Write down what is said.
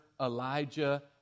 Elijah